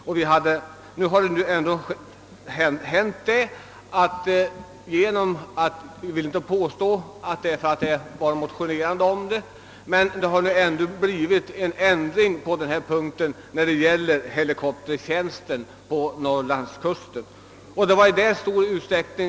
Jag vill inte påstå att det blivit så bara därför att vi motionerat om saken, men det har ändå blivit en ändring beträffande helikoptertjänsten på norrlandskusten.